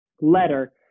letter